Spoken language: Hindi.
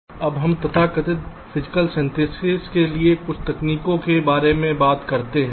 इसलिए अब हम तथाकथित भौतिक संश्लेषण के लिए कुछ तकनीकों के बारे में बात करते हैं